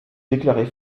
déclarer